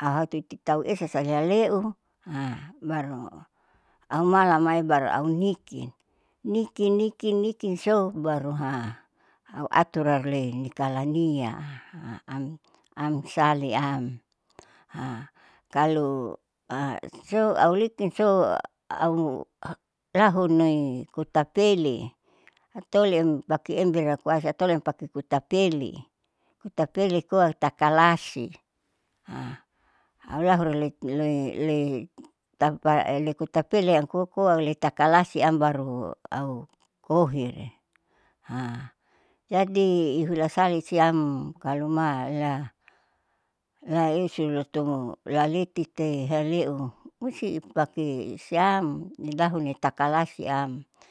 ahoiti tau esa haleu baru au malabai baru aunikin nikin nikin nikin sou baru au aturale ini talania am saliam kalo sou aulikin sou au lahunoi kitapele haroliam apke ember koasi atau lampake putapele hutapele koa takalasi aula huraleki iloi le tapa lekutapele amkoa letakalasiam baru au koire. jadi ihula sali siam kalo mala laeusu loto laletite ihaluu musti ipake siam nialhu nitakalasi am.